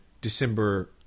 December